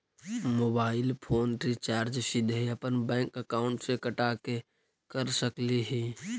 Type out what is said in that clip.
Mobile phone recharge सीधे अपन bank account से कटा के कर सकली ही?